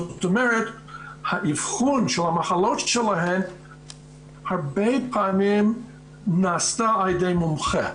זאת אומרת האבחון של המחלות הרבה פעמים נעשתה על ידי מומחה,